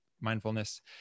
mindfulness